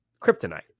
kryptonite